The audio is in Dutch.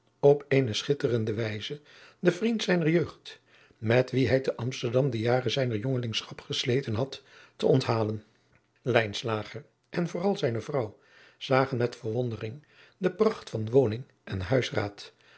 op eene schitterende wijze den vriend zijner jeugd met wien hij te amsterdam de jaren zijner jongelingschap gesleten had te onthalen lijnslager en vooral zijne vrouw zagen met verwondering de pracht van woning en huisraad